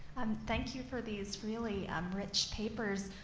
thank you for these really um rich papers.